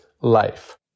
life